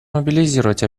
мобилизовать